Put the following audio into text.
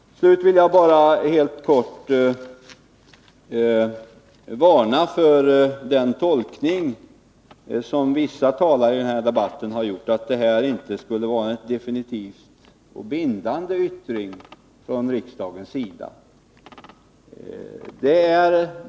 Till slut vill jag bara helt kort varna för den tolkning som vissa talare i den här debatten har gjort, att det inte skulle vara fråga om en definitiv och bindande yttring från riksdagens sida.